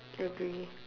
agree